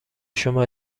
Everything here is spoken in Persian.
شما